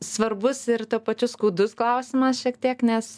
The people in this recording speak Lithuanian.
svarbus ir tuo pačiu skaudus klausimas šiek tiek nes